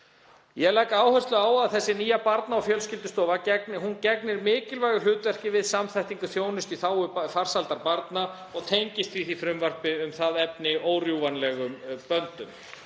Ég legg áherslu á að þessi nýja Barna- og fjölskyldu stofa gegnir mikilvægu hlutverki við samþættingu þjónustu í þágu farsældar barna og tengist frumvarpi um það efni því órjúfanlegum böndum.